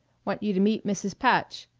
want you to meet mrs. patch.